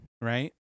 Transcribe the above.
right